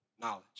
knowledge